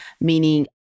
meaning